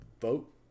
vote